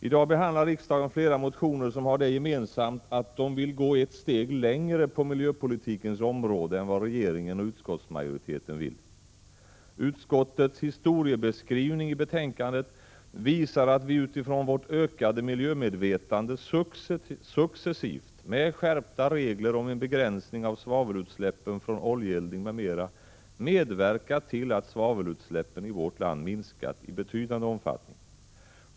I dag behandlar riksdagen flera motioner som har det gemensamt att de vill gå ett steg längre på miljöpolitikens område än vad regeringen och utskottsmajoriteten vill. Utskottets historiebeskrivning visar att vi utifrån vårt höjda miljömedvetande successivt, med skärpta regler om begränsning av svavelutsläppen från oljeeldning m.m., medverkat till att svavelutsläppen i vårt land minskat i betydande omfattning.